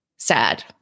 sad